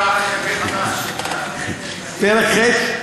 פרק ח':